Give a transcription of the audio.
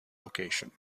location